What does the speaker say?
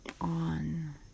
on